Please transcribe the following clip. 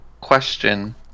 Question